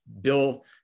bill